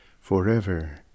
forever